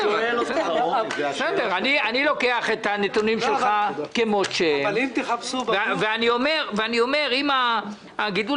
אני לוקח את הנתונים שלך כמות שהם ואני אומר: אם הגידול